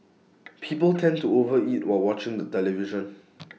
people tend to overeat while watching the television